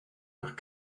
nach